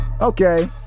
Okay